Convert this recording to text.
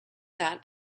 that